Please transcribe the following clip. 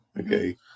Okay